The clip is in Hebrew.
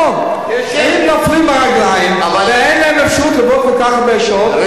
אם נופלים מהרגליים ואין להם אפשרות לעבוד כל כך הרבה שעות,